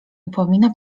upomina